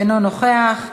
אינו נוכח.